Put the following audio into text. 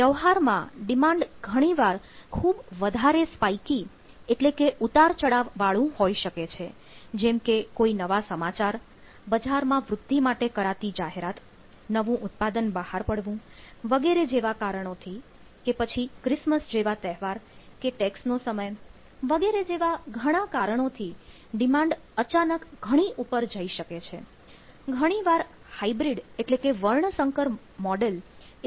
વ્યવહારમાં ડિમાન્ડ ઘણીવાર ખૂબ વધારે સ્પાઇકી